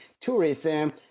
tourism